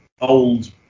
old